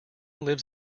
lives